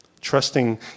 Trusting